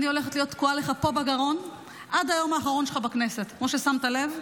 חבר הכנסת דן אילוז,